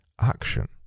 action